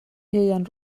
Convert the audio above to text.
ieuan